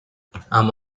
اما